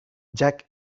jack